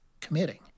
committing